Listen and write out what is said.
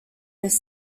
this